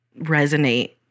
Resonate